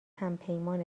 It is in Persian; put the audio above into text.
همپیمان